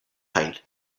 height